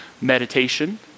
Meditation